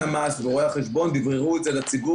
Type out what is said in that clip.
המס ורואי החשבון דיבררו את זה לציבור.